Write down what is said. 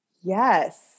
Yes